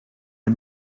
est